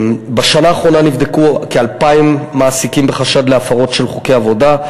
4. בשנה האחרונה נבדקו כ-2,000 מעסיקים בחשד להפרות של חוקי עבודה.